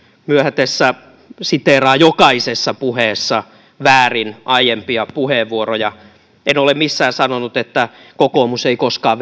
myöhetessä siteeraa jokaisessa puheessa väärin aiempia puheenvuoroja en ole missään sanonut että kokoomus ei koskaan